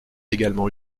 également